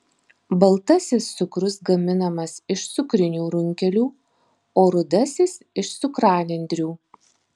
baltasis cukrus gaminamas iš cukrinių runkelių o rudasis iš cukranendrių